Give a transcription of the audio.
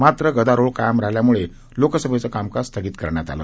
मात्र गदारोळ कायम राहिल्यामुळे लोकसभेच कामकाज स्थगित करण्यात आलं